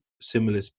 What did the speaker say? similar